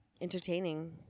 entertaining